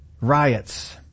Riots